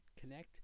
connect